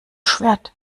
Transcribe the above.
schwert